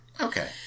Okay